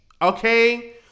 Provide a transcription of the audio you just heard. Okay